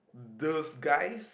those guys